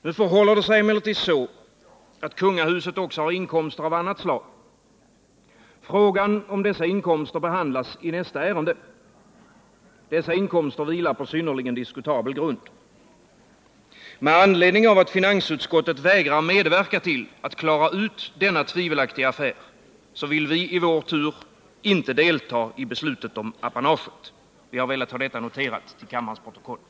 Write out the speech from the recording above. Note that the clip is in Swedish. Nu förhåller det sig emellertid så, att kungahuset också har inkomster av annat slag. Dessa inkomster, som vilar på synnerligen diskutabel grund, behandlas i nästa ärende. Med anledning av att finansutskottet vägrar medverka till att klara ut denna tvivelaktiga affär vill vi i vår tur inte delta i beslutet om apanaget. Vi har velat få detta noterat till kammarens protokoll.